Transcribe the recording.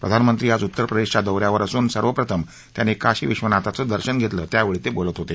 प्रधानमंत्री आज उत्तरप्रदेशच्या दौ यावर असून सर्वप्रथम त्यांनी काशीविधनाथाचं दर्शन घेतलं त्यावेळी ते बोलत होते